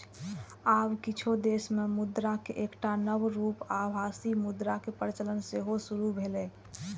आब किछु देश मे मुद्राक एकटा नव रूप आभासी मुद्राक प्रचलन सेहो शुरू भेलैए